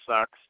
sucks